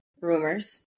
rumors